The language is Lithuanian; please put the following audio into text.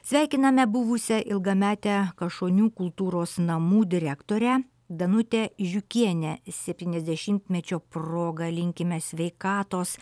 sveikiname buvusią ilgametę kašonių kultūros namų direktorę danutę žiukienę septyniasdešimtmečio proga linkime sveikatos